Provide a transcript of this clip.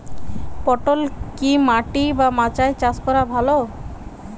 পটল কি মাটি বা মাচায় চাষ করা ভালো?